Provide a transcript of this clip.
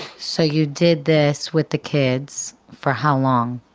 so you did this with the kids for how long?